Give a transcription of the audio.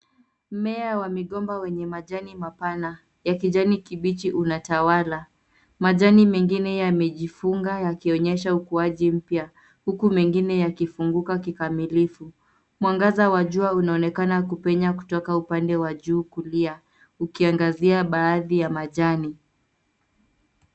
Mimea wa mgomba wenye majani mapana ya kijani kibichi unatawala, majani mengine yamejifunga yakionyesha ukuaji mpya, huku mengine yakifunguka kikamilivu, mwangaza wa jua unaonekana kupenya kutoka upande wa juu kulia ukiangazia baadhi ya majani.